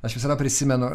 aš visada prisimenu